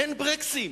אין ברקסים.